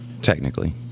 Technically